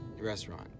Restaurant